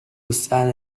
usada